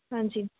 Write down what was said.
ਹਾਂਜੀ